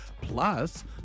Plus